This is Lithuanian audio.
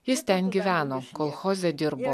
jis ten gyveno kolchoze dirbo